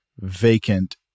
vacant